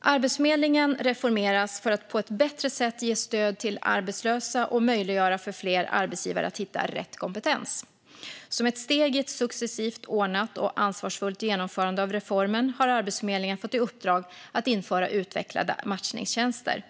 Arbetsförmedlingen reformeras för att på ett bättre sätt ge stöd till arbetslösa och möjliggöra för fler arbetsgivare att hitta rätt kompetens. Som ett steg i ett successivt, ordnat och ansvarsfullt genomförande av reformen har Arbetsförmedlingen fått i uppdrag att införa utvecklade matchningstjänster.